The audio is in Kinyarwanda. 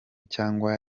cyangwa